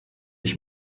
ich